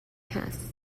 هست